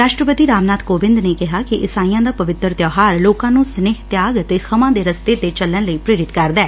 ਰਾਸ਼ਟਰਪਤੀ ਰਾਮ ਨਾਥ ਕੋਵਿੰਦ ਨੇ ਕਿਹਾ ਕਿ ਇਸਾਈਆਂ ਦਾ ਪਵਿੱਤਰ ਤਿਓਹਾਰ ਲੋਕਾਂ ਨੂੰ ਸਨੇਹ ਤਿਆਗ ਅਤੇ ਖਿਮਾ ਦੇ ਰਸਤੇ ਤੇ ਚੱਲਣ ਲਈ ਪ੍ਰੇਰਿਤ ਕਰਦੈ